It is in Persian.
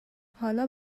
حالا